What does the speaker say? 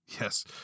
Yes